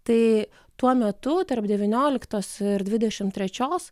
tai tuo metu tarp devynioliktos dvidešimt trečios